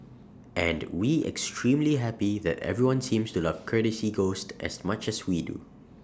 and we extremely happy that everyone seems to love courtesy ghost as much as we do